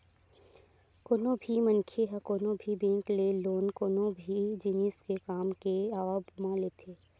कोनो भी मनखे ह कोनो भी बेंक ले लोन कोनो भी जिनिस के काम के आवब म लेथे